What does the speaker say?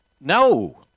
No